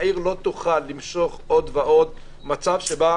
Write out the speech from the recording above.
העיר לא תוכל למשוך עוד ועוד מצב שבו